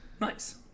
Nice